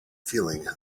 feeling